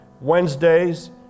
Wednesdays